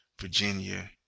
Virginia